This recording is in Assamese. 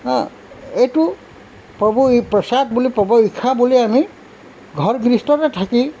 হা এইটো প্ৰভু ই প্ৰসাদ বুলি প্ৰভু ইচ্ছা বুলি আমি ঘৰ গৃহস্থতে থাকি